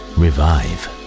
revive